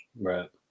Right